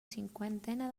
cinquantena